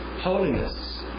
Holiness